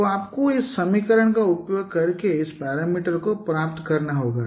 तो आपको इस समीकरण का उपयोग करके इस पैरामीटर को प्राप्त करना होगा